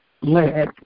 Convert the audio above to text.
led